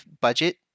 budget